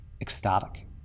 ecstatic